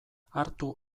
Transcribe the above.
hartu